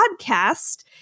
podcast